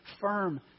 firm